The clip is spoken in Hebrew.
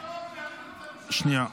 שנייה.